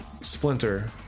Splinter